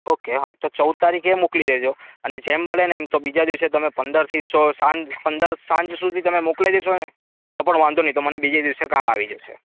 okay હા તો ચૌદ તારીખે મોકલી દેજો અને જેમ બને ને એમ તો બીજા દિવસે તમે પંદરથી સાંજ પંદર સાંજ સુધી તમે મોકલાવી દેશો ને તો પણ વાંધો નહીં તો મને બીજે દિવસે કામ આવી જશે